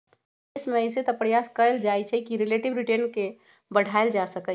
निवेश में अइसे तऽ प्रयास कएल जाइ छइ कि रिलेटिव रिटर्न के बढ़ायल जा सकइ